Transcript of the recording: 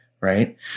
Right